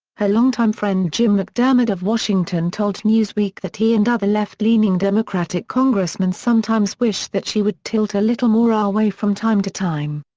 her longtime friend jim mcdermott of washington told newsweek that he and other left-leaning democratic congressmen sometimes wish that she would tilt a little more our way from time to time.